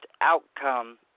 Outcome